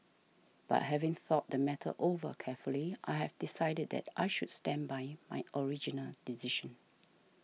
but having thought the matter over carefully I have decided that I should stand by my original decision